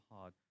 hard